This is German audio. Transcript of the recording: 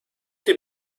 den